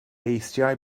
eisiau